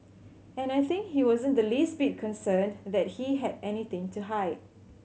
and I think he wasn't the least bit concerned that he had anything to hide